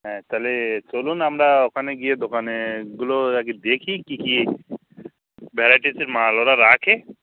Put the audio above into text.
হ্যাঁ তাহলে চলুন আমরা ওখানে গিয়ে দোকানগুলো আগে দেখি কী কী ভ্যারাইটিজের মাল ওরা রাখে